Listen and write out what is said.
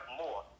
more